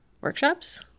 workshops